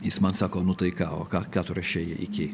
jis man sako nu tai ką o ką ką tu rašei iki